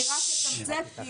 (חברת הכנסת אורלי לוי אבקסיס יוצאת מחדר הוועדה) אני רק אתמצת,